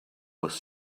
was